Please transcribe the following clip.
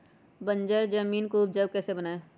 बंजर जमीन को उपजाऊ कैसे बनाय?